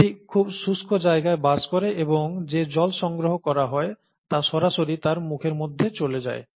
এটি খুব শুষ্ক জায়গায় বাস করে এবং যে জল সংগ্রহ করা হয় তা সরাসরি তার মুখের মধ্যে চলে যায়